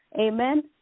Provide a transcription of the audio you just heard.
Amen